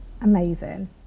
amazing